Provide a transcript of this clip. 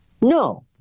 no